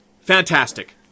Fantastic